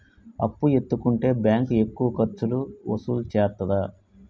అప్పు ఎత్తుకుంటే బ్యాంకు ఎక్కువ ఖర్చులు వసూలు చేత్తదా?